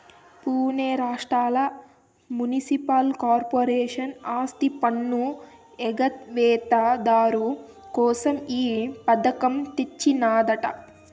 పునే రాష్ట్రంల municipal corporation ఆస్తిపన్ను ఎగవేత దారు కోసం ఈ పథకం తెచ్చినాదట